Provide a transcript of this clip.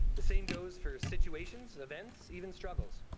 the same goes for situations, events even struggles.